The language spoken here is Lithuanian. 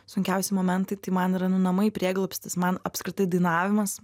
sunkiausi momentai tai man yra nu namai prieglobstis man apskritai dainavimas